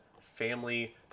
family